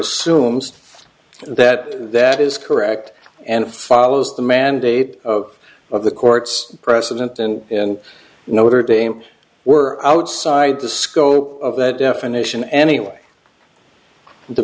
assumes that that is correct and follows the mandate of of the court's precedent and in notre dame we're outside the scope of that definition anyway the